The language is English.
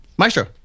Maestro